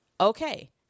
Okay